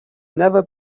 never